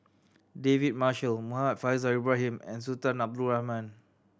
David Marshall Muhammad Faishal Ibrahim and Sultan Abdul Rahman